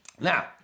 Now